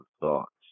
thoughts